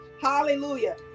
Hallelujah